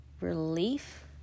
relief